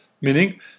Meaning